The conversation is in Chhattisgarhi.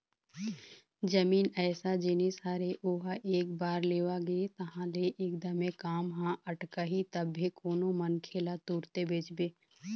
जमीन अइसन जिनिस हरे ओहा एक बार लेवा गे तहाँ ले एकदमे काम ह अटकही तभे कोनो मनखे ह तुरते बेचथे